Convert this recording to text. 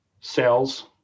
sales